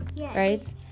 Right